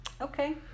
Okay